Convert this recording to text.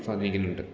സ്വാധീനിക്കുന്നുണ്ട്